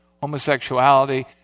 homosexuality